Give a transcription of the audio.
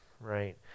right